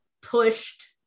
pushed